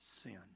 sin